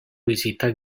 visita